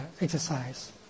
exercise